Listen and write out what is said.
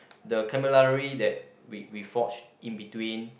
the cavalry that we we forged in between